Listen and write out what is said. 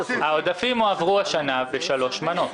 העודפים הועברו השנה בשלוש מנות.